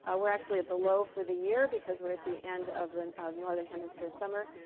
ah we're actually at the low for the year because we're at the end of the northern hemisphere summer.